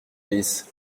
alice